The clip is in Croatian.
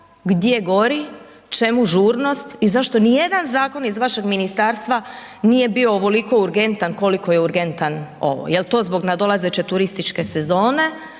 gdje gori, čemu žurnost i zašto nijedan zakon iz vašeg zakonodavstva nije bio ovoliko urgentan koliko je urgentan ovaj, jel to zbog nadolazeće turističke sezone,